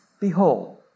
Behold